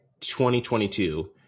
2022